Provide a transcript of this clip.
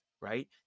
right